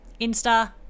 Insta